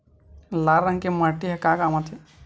लाल रंग के माटी ह का काम आथे?